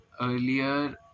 earlier